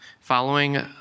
following